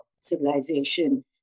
civilization